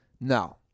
No